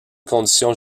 conditions